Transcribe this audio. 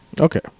Okay